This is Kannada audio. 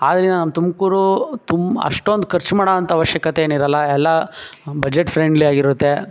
ಆದ್ರೆ ನಮ್ಮ ತುಮಕೂರು ತುಂಬ ಅಷ್ಟೊಂದು ಖರ್ಚು ಮಾಡೋಂಥ ಅವಶ್ಯಕತೆ ಏನಿರೋಲ್ಲ ಎಲ್ಲ ಬಜೆಟ್ ಫ್ರೆಂಡ್ಲಿ ಆಗಿರುತ್ತೆ